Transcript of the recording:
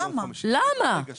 למה?